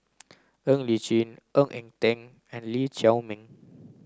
Ng Li Chin Ng Eng Teng and Lee Chiaw Meng